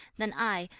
then i,